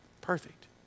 Perfect